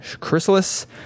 Chrysalis